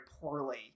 poorly